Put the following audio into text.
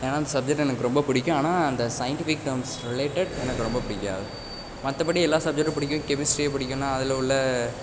ஏனால் அந்த சப்ஜெக்ட் எனக்கு ரொம்ப பிடிக்கும் ஆனால் அந்த சயின்ட்டிஃபிக் டேர்ம்ஸ் ரிலேட்டட் எனக்கு ரொம்ப பிடிக்காது மற்றபடி எல்லா சப்ஜெக்ட்டும் பிடிக்கும் கெமிஸ்ட்ரியை பிடிக்கும்னா அதில் உள்ள